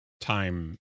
time